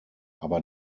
aber